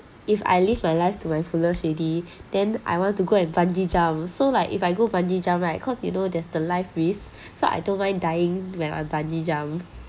if I live my life to my fullest already then I want to go and bungee jump so like if I go bungee jump right cause you know there's the life risk so I don't mind dying when I bungee jump